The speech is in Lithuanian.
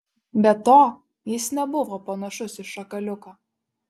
be to jis nebuvo panašus į šakaliuką